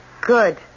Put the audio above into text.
Good